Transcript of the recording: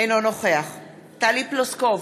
אינו נוכח טלי פלוסקוב,